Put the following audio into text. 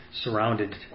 surrounded